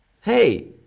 hey